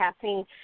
caffeine